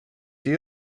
been